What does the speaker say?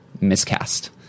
miscast